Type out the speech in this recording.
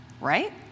right